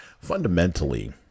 Fundamentally